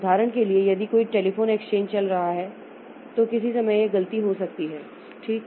उदाहरण के लिए यदि कोई टेलीफोन एक्सचेंज चल रहा है तो किसी समय यह एक गलती हो सकती है ठीक